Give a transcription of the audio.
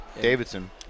Davidson